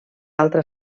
altra